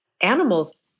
animals